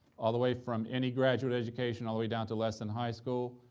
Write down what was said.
all the way from any graduate education all the way down to less than high school.